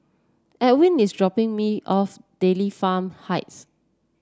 Ewin is dropping me off Dairy Farm Heights